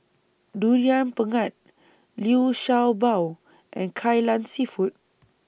Durian Pengat Liu Sha Bao and Kai Lan Seafood